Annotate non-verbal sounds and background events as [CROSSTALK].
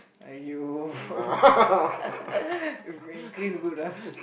!aiyo! [LAUGHS] if will increase good lah